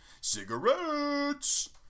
cigarettes